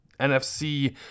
NFC